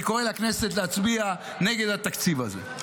אני קורא לכנסת להצביע נגד התקציב הזה.